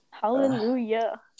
Hallelujah